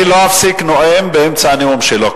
אני לא אפסיק נואם באמצע הנאום שלו.